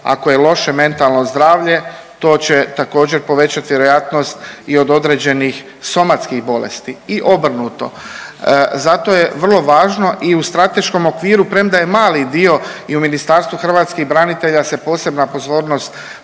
Ako je loše mentalno zdravlje to će također povećati vjerojatnost i od određenih somatskih bolesti i obrnuto. Zato je vrlo važno i u strateškom okviru premda je mali dio i u Ministarstvu hrvatskih branitelja se posebna pozornost